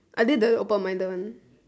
are they the open-minded one